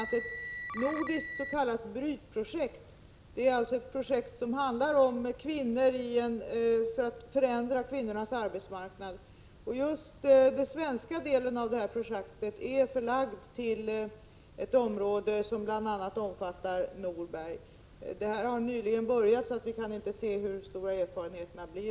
a. pågår ett nordiskt s.k. brytprojekt — ett — 19 februari 1987 projekt som går ut på att förändra kvinnornas arbetsmarknad. Just den Z—G Om innebörden av be svenska delen av det här projektet är förlagd till ett område som bl.a. ärilellcke omfattar Norberg. Projektet har nyligen påbörjats, och vi har därför ännu 8repp. = RS &- 3 inte fått några erfarenheter av det.